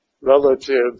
relative